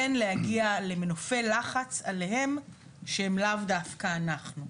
כן להגיע למנופי לחץ עליהם שהם לאו דווקא אנחנו.